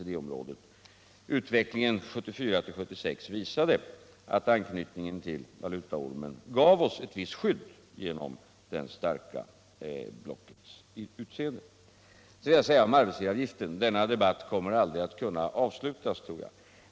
Utvecklingen från 1974 till 1976 visar att anknytningen till valutaormen gav oss ett visst skydd genom det starka blockets lägre inflationstakt. Vad sedan arbetsgivaravgiften angår vill jag säga att den debatten tror jag aldrig kommer att kunna avslutas.